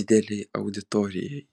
didelei auditorijai